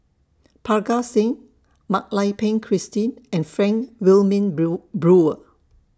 Parga Singh Mak Lai Peng Christine and Frank Wilmin Bill Brewer